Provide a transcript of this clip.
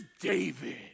David